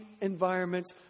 environments